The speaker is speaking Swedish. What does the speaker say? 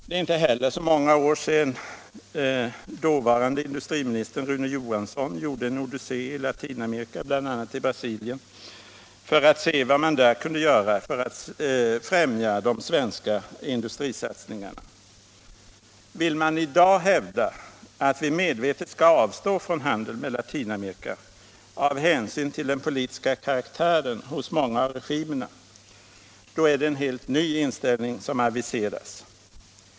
Det är inte heller så värst många år sedan dåvarande industriministern Rune Johansson gjorde en odyssé i Latinamerika, bl.a. i Brasilien, för att se vad som kunde göras för att främja de svenska industrisatsningarna där. Vill man i dag hävda att vi medvetet skall avstå från handel med Latinamerika av hänsyn till den politiska karaktären hos många av re gimerna där, är det en helt ny inställning som aviseras.